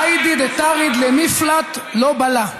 "איידי דטריד למפלט לא בלע".